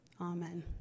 Amen